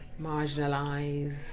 marginalised